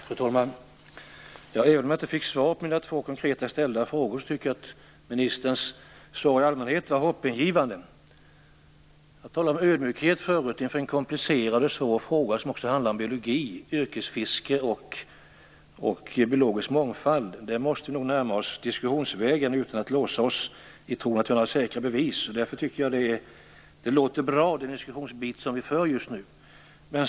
Fru talman! Även om jag inte fick svar på mina två konkreta frågor, tycker jag att ministerns svar i allmänhet var hoppingivande. Jag talade tidigare om ödmjukhet inför en komplicerad fråga som också handlar om biologi, yrkesfiske och biologisk mångfald. Den måste vi nog närma oss diskussionsvägen utan att låsa oss i tron att vi har säkra bevis. Därför tycker jag att den diskussion som vi nu för låter bra.